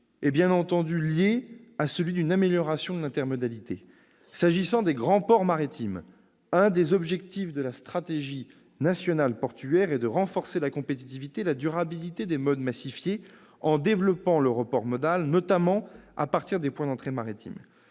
est bien entendu lié à celui d'une amélioration de l'intermodalité. En ce qui concerne les grands ports maritimes, un des objectifs de la stratégie nationale portuaire est de renforcer la compétitivité et la durabilité des modes massifiés, en développant le report modal, notamment à partir des points d'entrée maritimes.